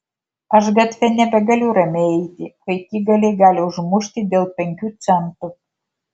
aš gatve nebegaliu ramiai eiti vaikigaliai gali užmušti dėl penkių centų